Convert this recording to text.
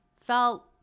felt